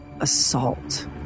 assault